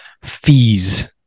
Fees